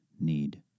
need